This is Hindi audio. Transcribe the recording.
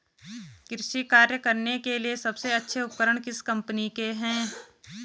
कृषि कार्य करने के लिए सबसे अच्छे उपकरण किस कंपनी के हैं?